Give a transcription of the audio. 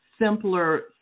simpler